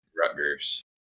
Rutgers